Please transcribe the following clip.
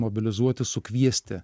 mobilizuoti sukviesti